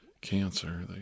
cancer